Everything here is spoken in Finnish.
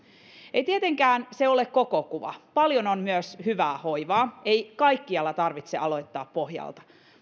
ei tietenkään ole koko kuva paljon on myös hyvää hoivaa ei kaikkialla tarvitse aloittaa pohjalta